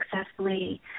successfully